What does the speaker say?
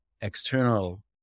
external